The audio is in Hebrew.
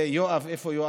יואב, איפה יואב?